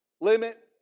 limit